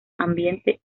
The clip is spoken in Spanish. ambiente